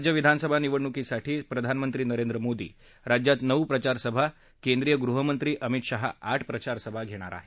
राज्यविधानसभा निवडणुकीसाठी प्रधानमंत्री नरेंद्र मोदी राज्यात नऊ प्रचारसभा केंद्रीय गृहमंत्री तर अमित शहा आठ प्रचारसभा घेणार आहेत